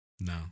No